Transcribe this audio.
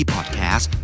Podcast